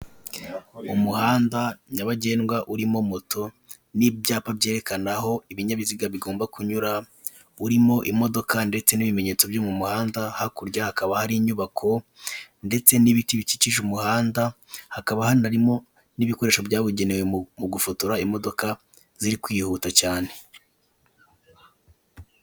Umuhanda nyabagendwa urimo moto n'ibyapa byerekana aho ibinyabiziga bigomba kunyura, urimo imodoka ndetse n'ibimenyetso byo mu muhanda. Hakurya hakaba hari inyubako ndetse n'ibiti bikikije umuhanda, hakaba hanarimo n'ibikoresho byabugenewe mu gufotora imodoka ziri kwihuta cyane.